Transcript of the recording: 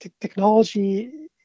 technology